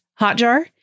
Hotjar